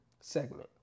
segment